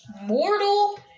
Mortal